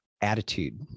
attitude